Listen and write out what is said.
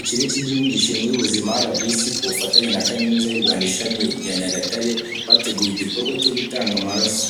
Ikigo cy'Igihugu gishinzwe Ubuzima RBC ku bufatanye na Kaminuza y'u Rwanda ishami rya Nyagatare, bateguye igikorwa cyo gutanga amaraso,